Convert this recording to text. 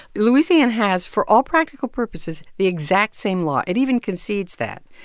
louisiana has, for all practical purposes, the exact same law. it even concedes that.